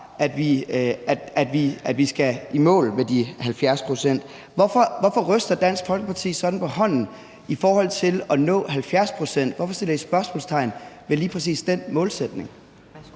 at vi skal i mål med de 70 pct. Hvorfor ryster Dansk Folkeparti sådan på hånden i forhold til at nå 70 pct.? Hvorfor sætter I spørgsmålstegn ved lige præcis den målsætning?